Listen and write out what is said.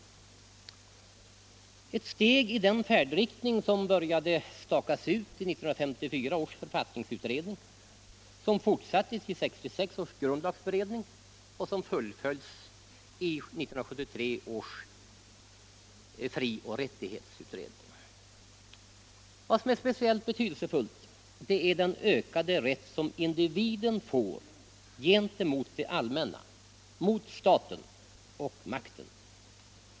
Det är ett steg i den färdriktning som började stakas ut i 1954 års författningsutredning, som fortsattes i 1966 års grundlagberedning och som fullföljts i 1973 Vad som är speciellt betydelsefullt är den ökade rätt som individen får gentemot det allmänna, mot staten och makten.